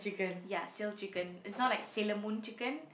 ya sail chicken it's not like Sailor-Moon chicken